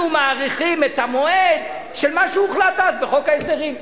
מאריכים את המועד של מה שהוחלט אז בחוק ההסדרים,